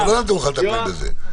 אבל לא נתנו לך לטפל בזה.